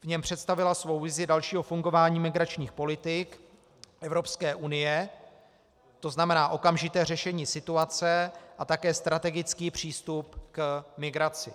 V něm představila svou vizi dalšího fungování migračních politik Evropské unie, to znamená okamžité řešení situace a také strategický přístup k migraci.